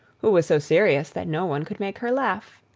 who was so serious that no one could make her laugh.